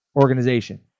organization